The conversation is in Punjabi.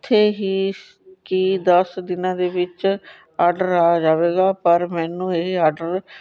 ਉੱਥੇ ਹੀ ਕਿ ਦਸ ਦਿਨਾਂ ਦੇ ਵਿੱਚ ਆਡਰ ਆ ਜਾਵੇਗਾ ਪਰ ਮੈਨੂੰ ਇਹ ਆਡਰ